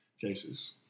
cases